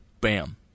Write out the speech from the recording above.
bam